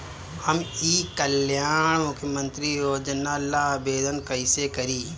हम ई कल्याण मुख्य्मंत्री योजना ला आवेदन कईसे करी?